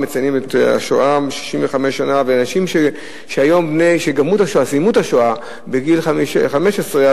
אנשים שיצאו מהשואה בגיל 15,